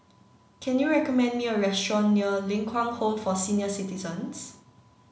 can you recommend me a restaurant near Ling Kwang Home for Senior Citizens